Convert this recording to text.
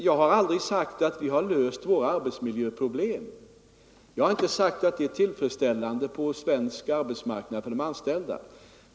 Jag har aldrig sagt att vi har löst våra arbetsmiljöproblem eller att förhållandena på svensk arbetsmarknad är tillfredsställande för de anställda.